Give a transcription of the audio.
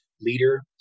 leader